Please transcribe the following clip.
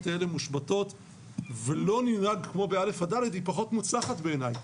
האלה מושבתות ולא ננהג כמו בשכבות א' עד ד' היא פחות מוצלחת בעיני.